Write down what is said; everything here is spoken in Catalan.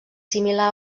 similar